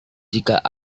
jika